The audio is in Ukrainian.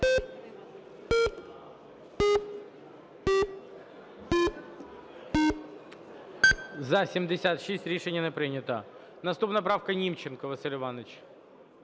За-76 Рішення не прийнято. Наступна правка - Німченко Василь Іванович,